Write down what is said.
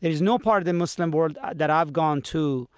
there's no part of the muslim world that i've gone to